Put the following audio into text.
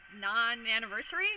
non-anniversary